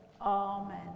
Amen